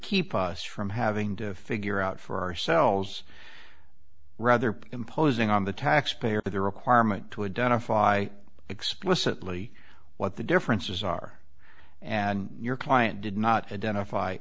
keep us from having to figure out for ourselves rather imposing on the taxpayer the requirement to identify explicitly what the differences are and your client did not identif